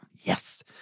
yes